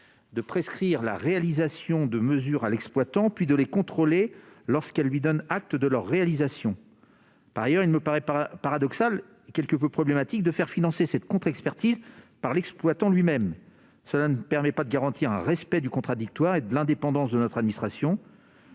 de prescrire la réalisation de mesures à l'exploitant, puis de les contrôler lorsqu'il a donné acte de leur réalisation. Par ailleurs, il me paraît paradoxal et quelque peu problématique de faire financer cette contre-expertise par l'exploitant lui-même. Cela ne permet pas de garantir un respect du principe du contradictoire et de l'indépendance de notre administration